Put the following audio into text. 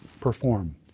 perform